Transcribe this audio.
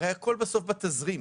בסוף הכול בתזרים.